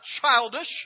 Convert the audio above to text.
childish